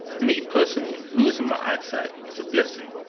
me, personally, losing my eyesight is a blessing.